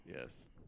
Yes